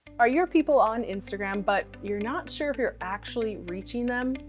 are your people on instagram, but you're not sure if you're actually reaching them?